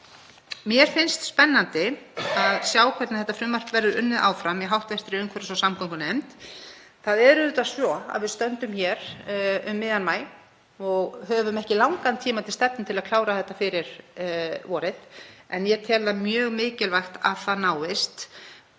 Mér finnst spennandi að sjá hvernig frumvarpið verður unnið áfram í hv. umhverfis- og samgöngunefnd. Það er auðvitað svo að við stöndum hér um miðjan maí og höfum ekki langan tíma til stefnu til að klára þetta fyrir vorið. En ég tel mjög mikilvægt að það náist